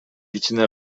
кичине